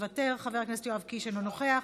אינו נוכח,